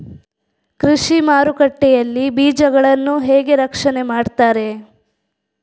ಕೃಷಿ ಮಾರುಕಟ್ಟೆ ಯಲ್ಲಿ ಬೀಜಗಳನ್ನು ಹೇಗೆ ರಕ್ಷಣೆ ಮಾಡ್ತಾರೆ?